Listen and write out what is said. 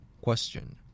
Question